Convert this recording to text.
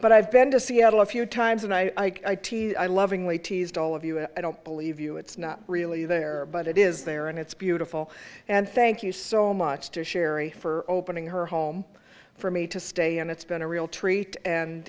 but i've been to seattle a few times and i lovingly teased all of you and i don't believe you it's not really there but it is there and it's beautiful and thank you so much to sherry for opening her home for me to stay and it's been a real treat and